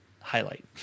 highlight